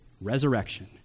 resurrection